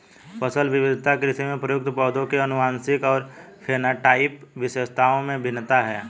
फसल विविधता कृषि में प्रयुक्त पौधों की आनुवंशिक और फेनोटाइपिक विशेषताओं में भिन्नता है